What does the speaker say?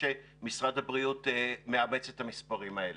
שמשרד הבריאות מאמץ את המספרים האלה.